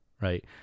right